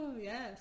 yes